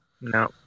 No